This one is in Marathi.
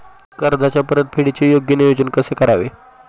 कर्जाच्या परतफेडीचे योग्य नियोजन कसे करावे?